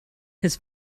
his